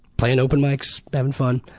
playing open mikes, having fun.